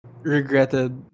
regretted